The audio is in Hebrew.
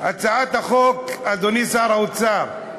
הצעת החוק, אדוני שר האוצר,